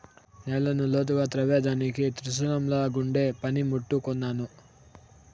నేలను లోతుగా త్రవ్వేదానికి త్రిశూలంలాగుండే పని ముట్టు కొన్నాను